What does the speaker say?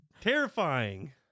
terrifying